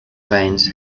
veins